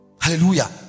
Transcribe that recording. Hallelujah